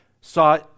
saw